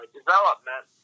development